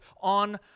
on